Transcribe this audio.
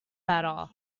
better